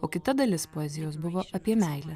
o kita dalis poezijos buvo apie meilę kad